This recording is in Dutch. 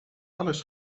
alles